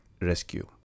rescue